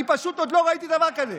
אני פשוט עוד לא ראיתי דבר כזה.